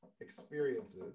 experiences